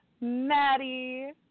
Maddie